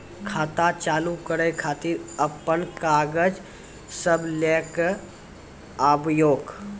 खाता चालू करै खातिर आपन कागज सब लै कऽ आबयोक?